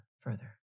further